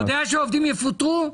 הוא יודע שעובדים יפוטרו?